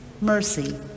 mercy